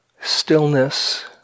stillness